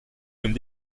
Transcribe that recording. comme